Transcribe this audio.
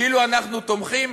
כאילו אנחנו תומכים?